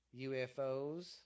UFOs